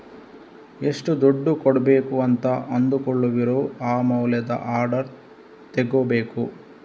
ಎಷ್ಟು ದುಡ್ಡು ಕೊಡ್ಬೇಕು ಅಂತ ಅಂದುಕೊಳ್ಳುವಿರೋ ಆ ಮೌಲ್ಯದ ಆರ್ಡರ್ ತಗೋಬೇಕು